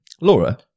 Laura